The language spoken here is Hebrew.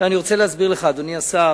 אדוני השר,